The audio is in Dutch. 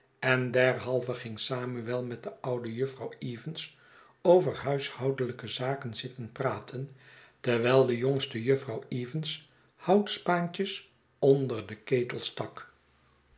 en derhalve ging samuel met de oude jufvrouw evans over huishoudelijke zaken zitten praten terwijl de jongste jufvrouw evans houtspaantjes onder den ketel stak